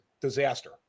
disaster